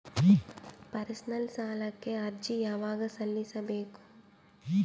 Personal ಸಾಲಕ್ಕೆ ಅರ್ಜಿ ಯವಾಗ ಸಲ್ಲಿಸಬೇಕು?